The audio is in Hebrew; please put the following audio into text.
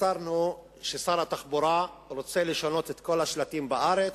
התבשרנו ששר התחבורה רוצה לשנות את כל השלטים בארץ,